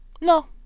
no